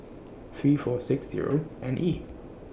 three four six Zero N E